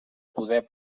poder